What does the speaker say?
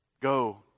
Go